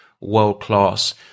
world-class